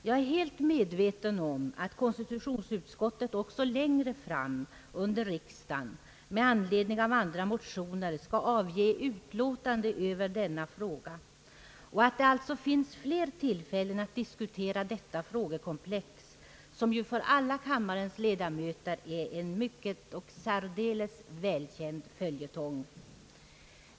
Jag är fullt medveten om att konstitutionsutskottet längre fram under riksdagen med anledning av andra motioner skall avge utlåtande också över denna fråga och att det alltså finns flera tillfällen att diskutera detta frågekomplex som ju för alla kammarens ledamöter är en särdeles välkänd följetong.